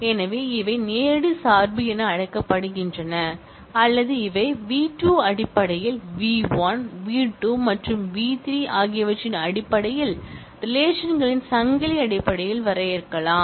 எனவே இவை நேரடி சார்பு என அழைக்கப்படுகின்றன அல்லது அவை வி 2 அடிப்படையில் வி1 வி2 மற்றும் வி3 ஆகியவற்றின் அடிப்படையில் ரிலேஷன்களின் சங்கிலி அடிப்படையில் வரையறுக்கப்படலாம்